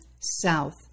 south